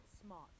smart